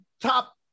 top